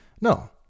No